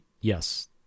Yes